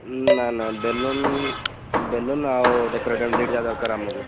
ନା ନା balloon balloon ଆଉ ଡେକୋରେଟିଭ୍ ଦୁଇଟା ଦରକାର ଆମ ପାଇଁ